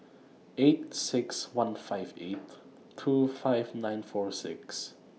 eight six one five eight two five nine four six